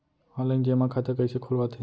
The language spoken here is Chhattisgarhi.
ऑनलाइन जेमा खाता कइसे खोलवाथे?